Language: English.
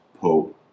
Pope